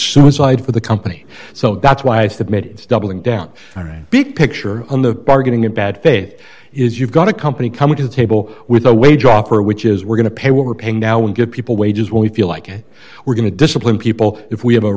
suicide for the company so that's why i submit doubling down on a big picture on the targeting of bad faith is you've got a company coming to the table with a wage offer which is we're going to pay what we're paying now and give people wages when we feel like it we're going to discipline people if we have a